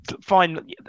fine